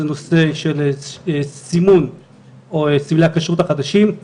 זה נושא של סימון סמלי הכשרות החדשים.